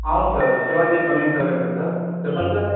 అవును sir Shivaji plumbing services sir చెప్పండి sir